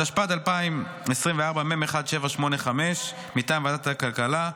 התשפ"ד 2024, מ/1785, מטעם ועדת הכלכלה.